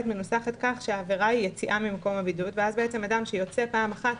מנוסחת כך שהעבירה היא יציאה ממקום הבידוד ואז בעצם אדם שיוצא פעם אחת,